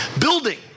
building